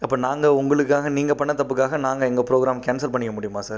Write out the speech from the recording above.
அப்போ நாங்கள் உங்களுக்காக நீங்கள் பண்ணிண தப்புக்காக நாங்கள் எங்கள் ப்ரோக்ராம் கேன்சல் பண்ணிக்க முடியுமா சார்